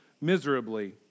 miserably